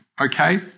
okay